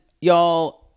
y'all